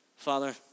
Father